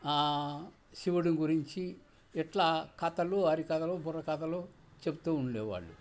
శివుడి గురించి ఇట్లా కథలు హరికథలు బుర్రకథలు చెప్తూ ఉండేవాళ్ళు